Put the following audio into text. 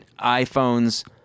iPhones